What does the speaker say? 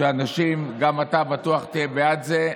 שאנשים, גם אתה בטח תהיה בעד זה.